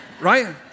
Right